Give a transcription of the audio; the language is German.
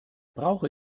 brauche